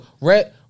red